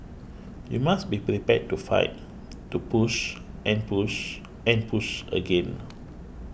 you must be prepared to fight to push and push and push again